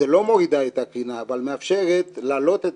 לא מורידה את הקרינה אבל מאפשרת להעלות את